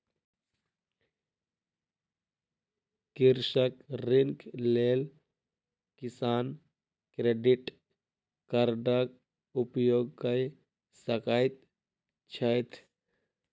कृषक ऋणक लेल किसान क्रेडिट कार्डक उपयोग कय सकैत छैथ